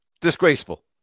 Disgraceful